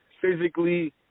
physically